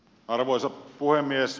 arvoisa puhemies